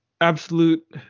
absolute